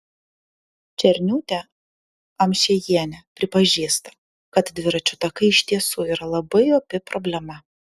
černiūtė amšiejienė pripažįsta kad dviračių takai iš tiesų yra labai opi problema